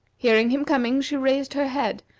hearing him coming, she raised her head,